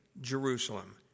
Jerusalem